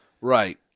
Right